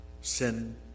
Sin